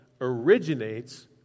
originates